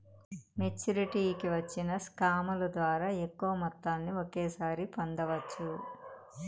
మెచ్చురిటీకి వచ్చిన స్కాముల ద్వారా ఎక్కువ మొత్తాన్ని ఒకేసారి పొందవచ్చు